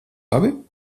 labi